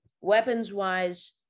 Weapons-wise